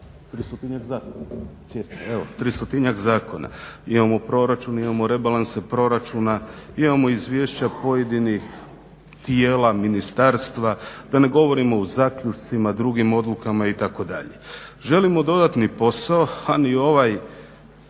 300-tinjak zakona cca, imamo proračun, imamo rebalanse proračuna, imamo izvješća pojedinih tijela, ministarstva, da ne govorimo o zaključcima, drugim odlukama itd. Želimo dodatni posao, a ni ovaj